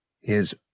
his